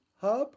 hub